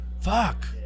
fuck